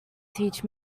teach